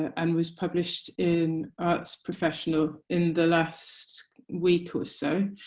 and was published in arts professional in the last week or so